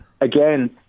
again